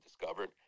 discovered